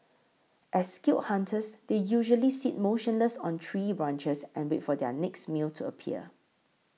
as skilled hunters they usually sit motionless on tree branches and wait for their next meal to appear